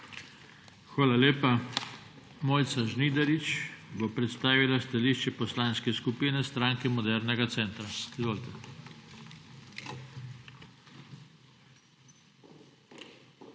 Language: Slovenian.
Hvala lepa. Mojca Žnidarič bo predstavila stališče Poslanske skupine Stranke modernega centra. Izvolite.